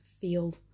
feel